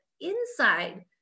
inside